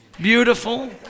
beautiful